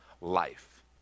life